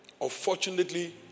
unfortunately